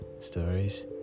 stories